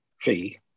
fee